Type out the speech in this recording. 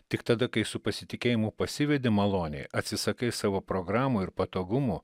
tik tada kai su pasitikėjimu pasivedi malonei atsisakai savo programų ir patogumų